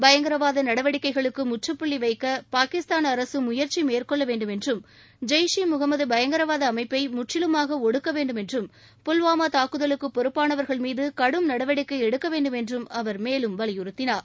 பயங்கரவாத நடவடிக்கைகளுக்கு முற்றுபுள்ளி வைக்க பாகிஸ்தான் அரசு முயற்சி மேற்கொள்ள வேண்டும் என்றும் ஜெய்ஷ் ஈ முகமத் பயங்கரவாத அமைப்பை முற்றிலுமாக ஒடுக்க வேண்டும் என்றும் புல்வாமா தாக்குதலுக்கு பொறுப்பானவர்கள் மீது கடும் நடவடிக்கை எடுக்கவேண்டும் என்றும் அவர் மேலும் வலியுறுத்தினார்